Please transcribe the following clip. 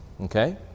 Okay